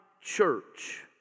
church